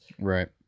Right